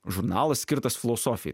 žurnalas skirtas filosofijai